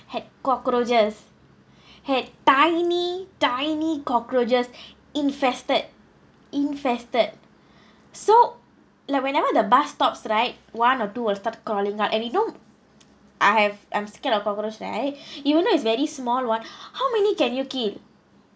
had cockroaches had tiny tiny cockroaches infested infested so like whenever the bus stops right one or two will start crawling out and you know I have I'm scared of cockroach right even though is very small [one] how many can you kill